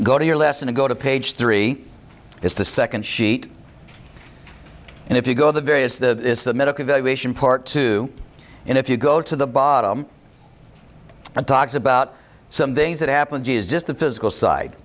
go to your lesson go to page three is the second sheet and if you go the various the is the medical evaluation part two and if you go to the bottom and talks about some things that happened is just the physical side